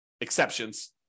exceptions